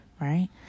right